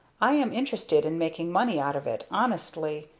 i am interested in making money out of it honestly!